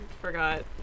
forgot